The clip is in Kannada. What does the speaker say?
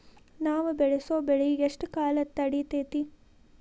ನಾವು ಬೆಳಸೋ ಬೆಳಿ ಎಷ್ಟು ಕಾಲ ತಡೇತೇತಿ?